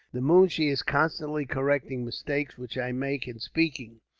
the moonshee is constantly correcting mistakes which i make, in speaking.